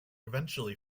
eventually